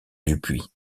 dupuis